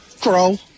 grow